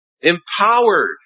empowered